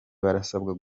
barasabwa